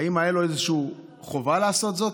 האם הייתה לו איזושהי חובה לעשות זאת?